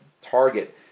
Target